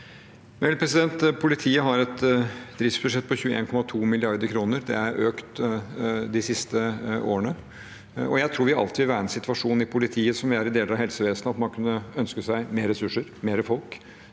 Politiet har et driftsbudsjett på 21,2 mrd. kr, det er økt de siste årene. Jeg tror vi alltid vil være i en situasjon i politiet, som vi er i deler av helsevesenet, hvor man kunne ønske seg mer ressurser og mer folk,